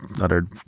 uttered